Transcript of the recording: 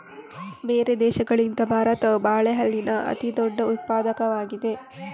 ಬೇರೆ ದೇಶಗಳಿಗಿಂತ ಭಾರತವು ಬಾಳೆಹಣ್ಣಿನ ಅತಿದೊಡ್ಡ ಉತ್ಪಾದಕವಾಗಿದೆ